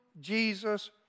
Jesus